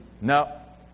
No